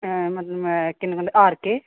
ਮਤਲਬ ਮੈਂ ਕਿਹਨੂੰ ਕਹਿੰਦੇ ਆਰ ਕੇ